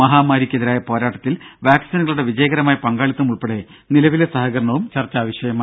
മഹാമാരിക്കെതിരായ പോരാട്ടത്തിൽ വാക്സിനുകളുടെ വിജയകരമായ പങ്കാളിത്തം ഉൾപ്പെടെ നിലവിലെ സഹകരണവും ചർച്ചാവിഷയമായി